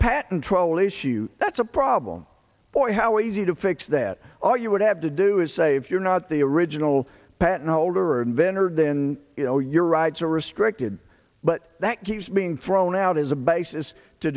patent troll issue that's a problem for how easy to fix that all you would have to do is say if you're not the original patent holder or inventor then you know your rights are restricted but that keeps being thrown out as a basis to